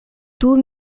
tout